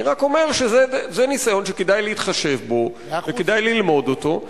אני רק אומר שזה ניסיון שכדאי להתחשב בו וכדאי ללמוד אותו.